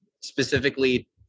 specifically